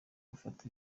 ufata